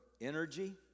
energy